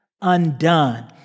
undone